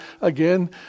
again